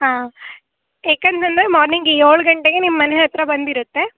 ಹಾಂ ಯಾಕಂತ ಅಂದರೆ ಮಾರ್ನಿಂಗ್ ಏಳು ಗಂಟೆಗೆ ನಿಮ್ಮ ಮನೆ ಹತ್ತಿರ ಬಂದಿರುತ್ತೆ